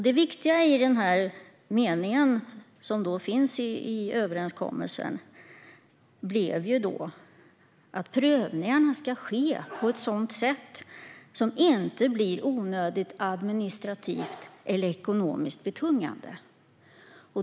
Det viktiga i den mening i överenskommelsen som jag nämnde är att prövningarna ska ske på ett sådant sätt att de inte blir onödigt administrativt eller ekonomiskt betungande.